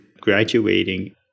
graduating